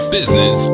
Business